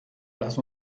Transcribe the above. lass